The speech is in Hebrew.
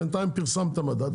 בינתיים פרסמת את המדד.